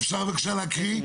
אפשר בבקשה לקרוא?